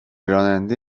راننده